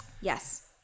Yes